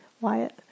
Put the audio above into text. Wyatt